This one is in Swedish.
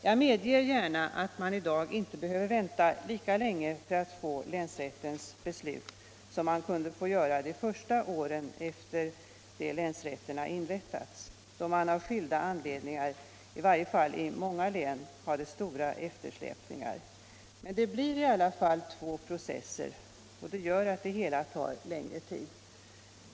Jag medger gärna att man i dag inte behöver vänta lika länge för att få länsrättens beslut som man kunde få göra under de första åren efter det att länsrätterna inrättats, då åtminstone av skilda anledningar, det i många län, förekom stora eftersläpningar. Men det blir i alla fall två processer, och det gör att det hela tar längre tid.